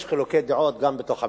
יש חילוקי דעות גם בתוך המשפחה,